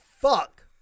fuck